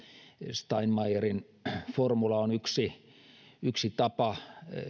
steinmeierin formula on yksi yksi tapa